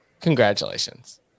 Congratulations